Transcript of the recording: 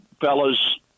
fellas